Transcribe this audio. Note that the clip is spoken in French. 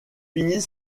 finit